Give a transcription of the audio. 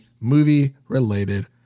movie-related